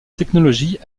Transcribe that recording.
technologie